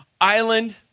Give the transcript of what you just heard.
island